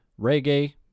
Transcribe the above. reggae